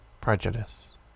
prejudice